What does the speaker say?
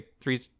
three